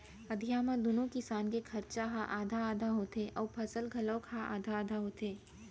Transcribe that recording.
अधिया म दूनो किसान के खरचा ह आधा आधा होथे अउ फसल घलौक ह आधा आधा होथे